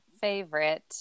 favorite